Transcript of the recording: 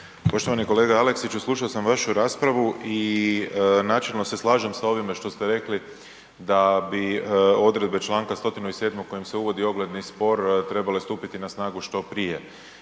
Poštovani kolega Aleksiću, slušao sam vašu raspravu i načelno se slažem sa ovime što ste rekli da bi odredbe članka 107. kojim se uvodi ogledni spor trebale stupiti na snagu što prije